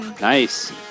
nice